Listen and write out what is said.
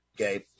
Okay